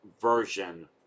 version